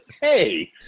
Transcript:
Hey